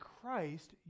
Christ